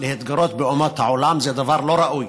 להתגרות באומות העולם זה דבר לא ראוי,